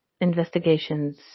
investigations